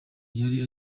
yari